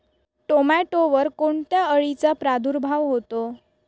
टोमॅटोवर कोणत्या अळीचा प्रादुर्भाव होतो?